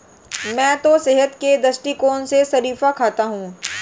मैं तो सेहत के दृष्टिकोण से शरीफा खाता हूं